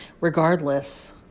regardless